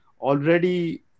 already